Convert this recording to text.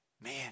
man